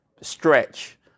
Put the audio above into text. stretch